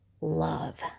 love